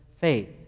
faith